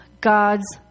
God's